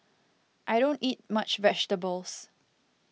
I don't eat much vegetables